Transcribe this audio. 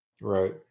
Right